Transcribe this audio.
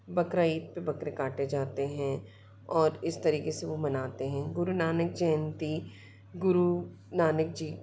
बकरा ईद पर बकरे काटे जाते हैं और इस तरीक़े से वो मानते हैं गुरु नानक जयंती गुरु नानक जी